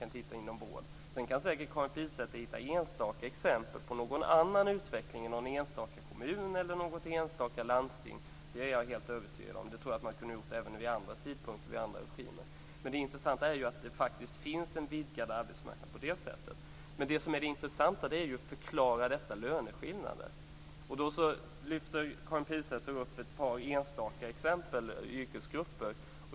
Karin Pilsäter kan säkert hitta enstaka exempel på någon annan konkret utveckling i någon enstaka kommun eller något enstaka landsting. Det är jag helt övertygad om. Jag tror att man hade kunnat göra det även vid andra tidpunkter och med andra regimer. Men det intressanta är att det på det sättet finns en vidgad arbetsmarknad. Det intressanta är att förklara dessa löneskillnader. Karin Pilsäter lyfter då upp ett par enstaka exempel på yrkesgrupper.